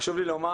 חשוב לי לומר,